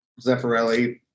Zeffirelli